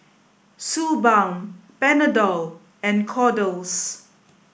Suu Balm Panadol and Kordel's